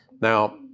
Now